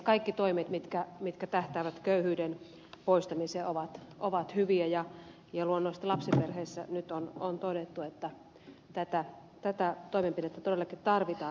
kaikki toimet mitkä tähtäävät köyhyyden poistamiseen ovat hyviä ja luonnollisesti lapsiperheissä nyt on todettu että tätä toimenpidettä todellakin tarvitaan